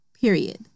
period